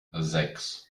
sechs